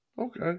Okay